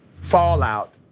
fallout